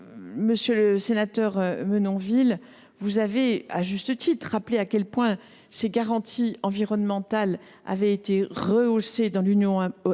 Monsieur le sénateur Menonville, vous avez à juste titre rappelé à quel point les garanties environnementales avaient été rehaussées dans l’Union européenne.